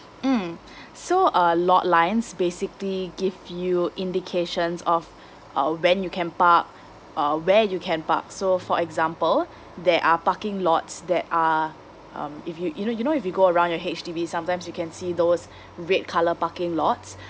mmhmm so uh lot lines basically give you indications of uh when you can park uh where you can park so for example there are parking lots that are um if you you know you know if you go around your H_D_B sometimes you can see those red colour parking lots